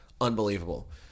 unbelievable